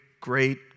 great